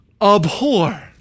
Abhor